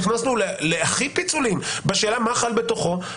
נכנסתי להכי פיצולים בשאלה מה חל בתוכו,